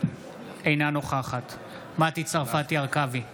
אינה נוכחת מטי צרפתי הרכבי,